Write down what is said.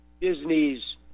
Disney's